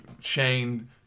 Shane